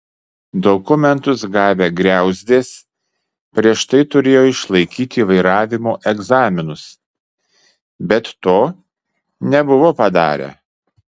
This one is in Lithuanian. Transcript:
dokumentus gavę griauzdės prieš tai turėjo išlaikyti vairavimo egzaminus bet to nebuvo padarę